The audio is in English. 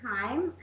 time